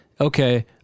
okay